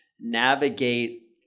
navigate